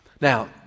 Now